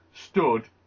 stood